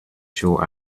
show